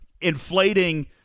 inflating